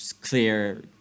clear